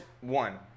one